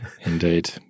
Indeed